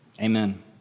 amen